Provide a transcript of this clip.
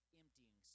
emptying